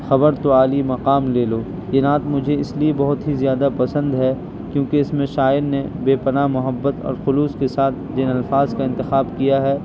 خبر تو عالی مقام لے لو یہ نعت مجھے اس لیے بہت ہی زیادہ پسند ہے کیونکہ اس میں شاعر نے بے پناہ محبت اور خلوص کے ساتھ جن الفاظ کا انتخاب کیا ہے